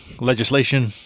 legislation